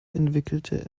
entwickelte